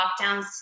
lockdowns